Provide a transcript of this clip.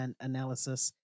analysis